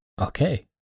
Okay